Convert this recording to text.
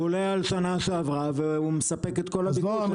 הוא עולה על השנה שעברה ומספק את כל הביקוש.